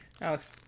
alex